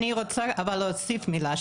אני רוצה להוסיף מילה,